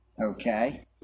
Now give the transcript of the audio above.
okay